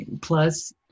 plus